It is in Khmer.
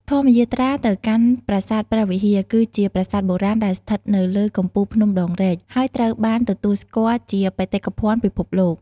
ធម្មយាត្រាទៅកាន់ប្រាសាទព្រះវិហារ គឺជាប្រាសាទបុរាណដែលស្ថិតនៅលើកំពូលភ្នំដងរែក ហើយត្រូវបានទទួលស្គាល់ជាបេតិកភណ្ឌពិភពលោក។